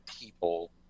people